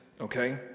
okay